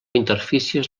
interfícies